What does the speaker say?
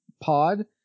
pod